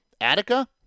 Attica